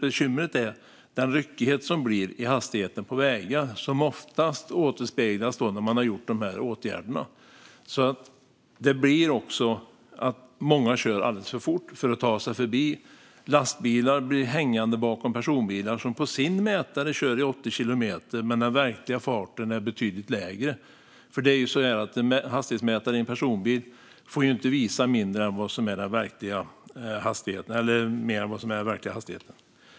Bekymret är den ryckighet som blir i hastigheten på vägarna. Det återspeglas oftast när man har gjort åtgärder som dessa. Det gör att många kör alldeles för fort för att ta sig förbi. Lastbilar blir hängande bakom personbilar som enligt den egna mätaren kör i 80 kilometer medan den verkliga farten är betydligt lägre. En hastighetsmätare i en personbil får ju inte visa mer än vad som är den verkliga hastigheten.